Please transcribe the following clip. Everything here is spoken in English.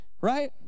right